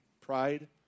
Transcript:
pride